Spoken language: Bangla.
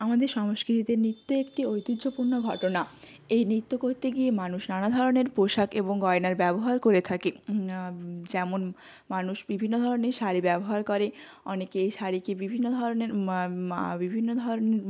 আমাদের সংস্কৃতিতে নৃত্য একটি ঐতিহ্যপূর্ণ ঘটনা এই নৃত্য করতে গিয়ে মানুষ নানা ধরনের পোশাক এবং গয়নার ব্যবহার করে থাকে যেমন মানুষ বিভিন্ন ধরনের শাড়ি ব্যবহার করে অনেকেই শাড়িকে বিভিন্ন ধরনের বিভিন্ন ধরনের